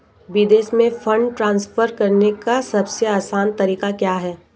विदेश में fund transfer करने का सबसे आसान तरीका क्या है?